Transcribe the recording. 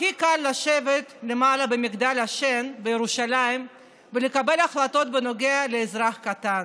הכי קל לשבת למעלה במגדל השן בירושלים ולקבל החלטות בנוגע לאזרח הקטן.